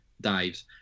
dives